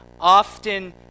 often